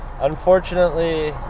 Unfortunately